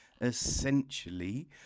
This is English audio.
essentially